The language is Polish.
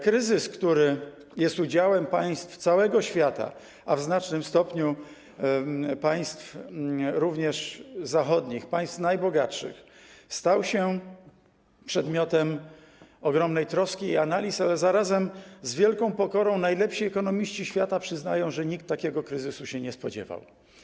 Kryzys, który jest udziałem państw całego świata, a w znacznym stopniu również państw zachodnich, państw najbogatszych, stał się przedmiotem ogromnej troski i analiz, ale zarazem z wielką pokorą najlepsi ekonomiści świata przyznają, że nikt takiego kryzysu się nie spodziewał.